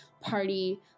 party